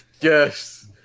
yes